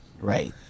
Right